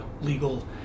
legal